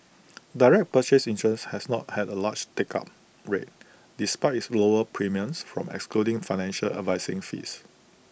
direct purchase insurance has not had A large take up rate despite its lower premiums from excluding financial advising fees